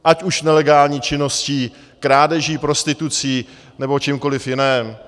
Ať už nelegální činností, krádeží, prostitucí nebo čímkoliv jiným.